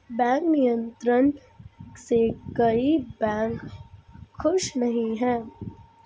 bank नियंत्रण से कई बैंक खुश नही हैं